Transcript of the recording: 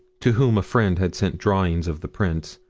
to whom a friend had sent drawings of the prints,